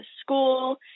school